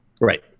Right